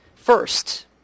First